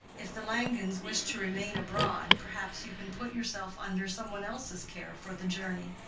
if the langens wish to remain abroad, perhaps you can put yourself under some one else's care for the journey.